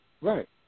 Right